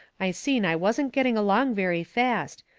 i seen i wasn't getting along very fast,